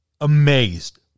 amazed